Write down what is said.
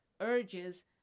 urges